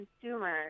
consumers